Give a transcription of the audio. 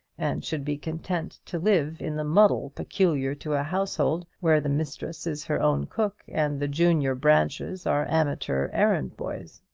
and should be content to live in the muddle peculiar to a household where the mistress is her own cook, and the junior branches are amateur errand boys.